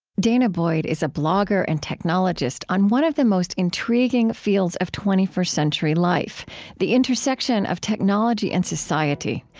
danah boyd is a blogger and technologist on one of the most intriguing fields of twenty first century life the intersection of technology and society.